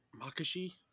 Makashi